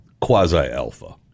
quasi-alpha